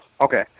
Okay